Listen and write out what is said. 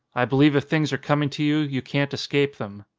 i believe if things are coming to you, you can't escape them.